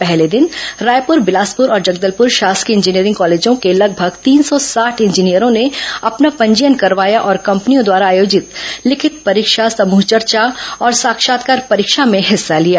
पहले दिन रायपुर बिलासपुर और जगदलपुर शासकीय इंजीनियरिंग कॉलेजों के लगभग तीन सौ साठ इंजीनियरों ने पंजीयन करवाया और कंपनियों द्वारा आयोजित लिखित परीक्षा समूह चर्चा और साक्षात्कार परीक्षा में हिस्सा लिया